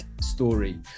story